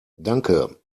danke